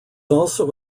also